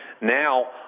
Now